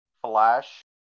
Flash